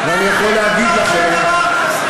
ואני יכול להגיד לכם,